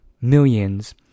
millions